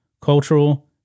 cultural